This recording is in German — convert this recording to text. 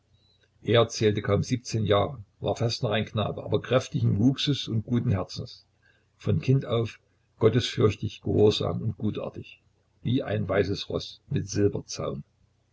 er zählte kaum siebzehn jahre war fast noch ein knabe aber kräftigen wuchses und guten herzens von kind auf gottesfürchtig gehorsam und gutartig wie ein weißes roß mit